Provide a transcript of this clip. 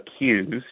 accused